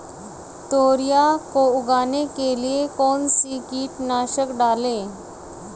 तोरियां को उगाने के लिये कौन सी कीटनाशक डालें?